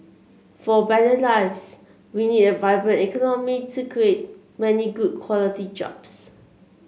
for better lives we need a vibrant economy to create many good quality jobs